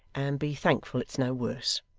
and be thankful it's no worse